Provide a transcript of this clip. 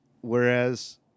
Whereas